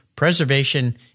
preservation